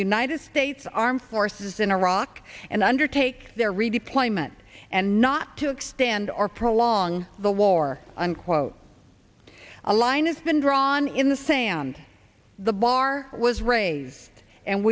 united states armed forces in iraq and undertake their redeployment and not to extend or prolong the war unquote align it's been drawn in the sand the bar was raise and